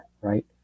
right